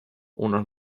unos